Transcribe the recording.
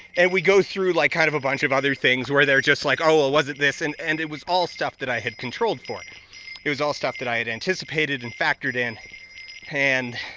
and we go through like kind of a bunch of other things where they're just like oh well was it this and and it was all stuff that i had controlled for it it was all stuff that i had anticipated and factored in and